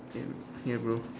same ya bro